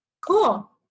Cool